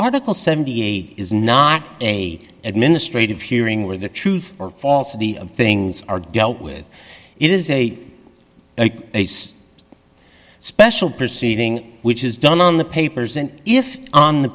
article seventy eight is not a administrative hearing where the truth or falsity of things are dealt with it is a special proceeding which is done on the papers and if on the